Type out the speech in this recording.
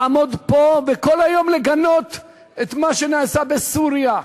לעמוד פה, וכל היום לגנות את מה שנעשה בסוריה,